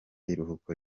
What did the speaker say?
iruhuko